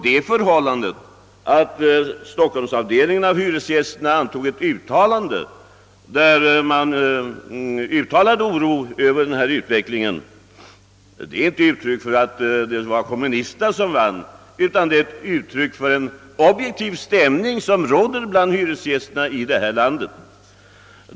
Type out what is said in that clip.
Det förhållandet att stockholmsavdelningen av hyresgäströrelsen antog ett uttalande om oro över utvecklingen är ett uttryck inte för att kommunisterna vann gehör för sin åsikt, utan för den objektiva stämning som råder inom hyresgäströrelsen i vårt land.